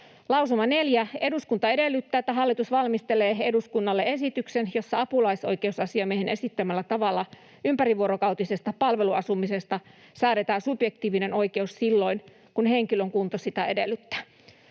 Lausuma neljä: ”Eduskunta edellyttää, että hallitus valmistelee eduskunnalle esityksen, jossa apulaisoikeusasiamiehen esittämällä tavalla ympärivuorokautisesta palveluasumisesta säädetään subjektiivinen oikeus silloin, kun henkilön kunto sitä edellyttää.”